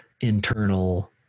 internal